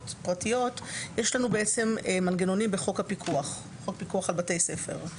פרטיות יש לנו מנגנונים בחוק הפיקוח על בתי ספר.